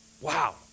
wow